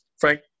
Frank